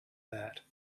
that